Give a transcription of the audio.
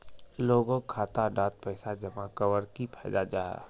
लोगोक खाता डात पैसा जमा कवर की फायदा जाहा?